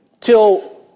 till